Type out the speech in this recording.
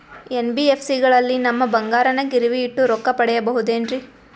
NBFC ಗಳಲ್ಲಿ ನಮ್ಮ ಬಂಗಾರನ ಗಿರಿವಿ ಇಟ್ಟು ರೊಕ್ಕ ಪಡೆಯಬಹುದೇನ್ರಿ?